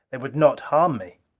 they would not harm me.